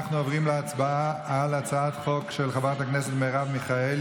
הצבעה על הצעת חוק-יסוד: הממשלה של חבר הכנסת מתן כהנא,